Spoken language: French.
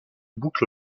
boucle